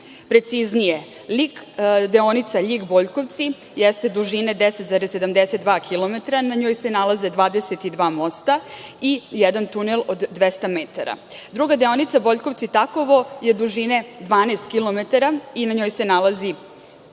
Preciznije, deonica Ljig – Boljkovci jeste dužine 10,72 kilometara, na njoj se nalaze 22 mosta i jedan tunel od 200 metara. Druga deonica Boljkovci – Takovo je dužine 12 kilometara i na njoj se nalazi